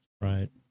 Right